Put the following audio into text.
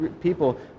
people